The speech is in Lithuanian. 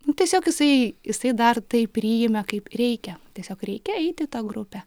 nu tiesiog jisai jisai dar tai priėmė kaip reikia tiesiog reikia eiti į tą grupę